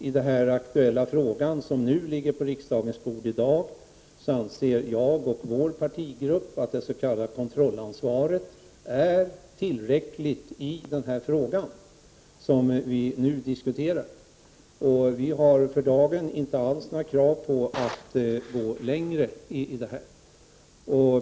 I den aktuella fråga som ligger på riksdagens bord i dag anser jag och vår partigrupp att det s.k. kontrollansvaret är tillräckligt. Vi har för dagen inte alls några krav på att gå längre.